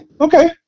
okay